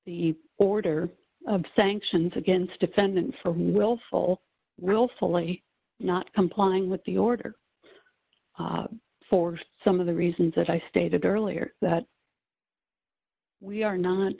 the order of sanctions against defendant for willful willfully not complying with the order for some of the reasons that i stated earlier that we are not